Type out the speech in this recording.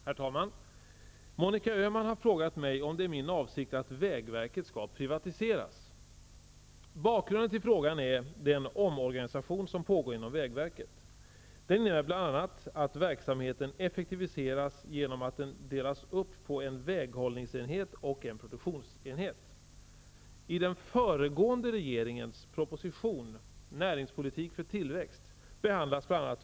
Herr talman! Monica Öhman har frågat mig om det är min avsikt att vägverket skall privatiseras. Bakgrunden till frågan är den omorganisation som pågår inom vägverket. Den innebär bl.a. att verksamheten effektiviseras genom att den delas upp på en väghållningsenhet och en produktionsenhet.